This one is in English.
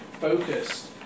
focused